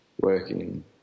working